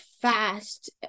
fast